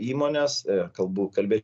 įmonės kalbų kalbi